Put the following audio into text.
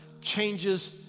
changes